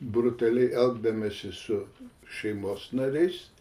brutaliai elgdamiesi su šeimos nariais